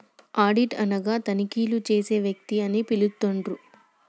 audit అనగా తనిఖీలు చేసే వ్యక్తి అని పిలుత్తండ్రు